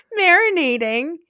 marinating